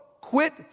Quit